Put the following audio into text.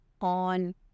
on